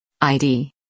ID